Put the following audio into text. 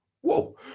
whoa